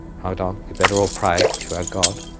hold on, we better all pray to our god,